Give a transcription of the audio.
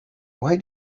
why